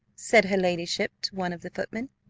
said her ladyship to one of the footmen.